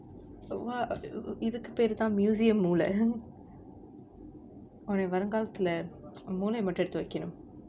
oh !wah! e~ e~ இதுக்கு பேறுதான்:ithukku peruthaan museum மூள:moola உன்ன வருங்காலத்துல உன் மூளைய மட்டும் எடுத்து வெக்கனும்:unna varungaalathula un moolaiya mattum eduthu vekkanum you know